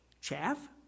Chaff